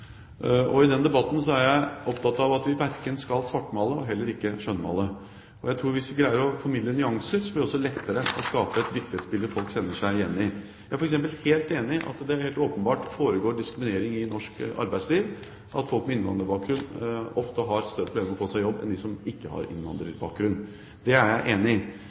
I den debatten er jeg opptatt av at vi ikke skal svartmale og heller ikke skjønnmale. Jeg tror at hvis vi greier å formidle nyanser, blir det også lettere å skape et virkelighetsbilde folk kjenner seg igjen i. Jeg er f.eks. helt enig i at det helt åpenbart foregår diskriminering i norsk arbeidsliv, at folk med innvandrerbakgrunn ofte har større problemer med å få seg jobb enn de som ikke har innvandrerbakgrunn. Det er jeg enig i. Samtidig er det viktig heller ikke å svartmale det, for vi er i